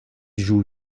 joue